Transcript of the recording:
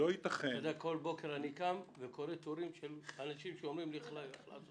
אני כל בוקר קם וקורא טורים של אנשים שאומרים לי איך לעשות את עבודתי.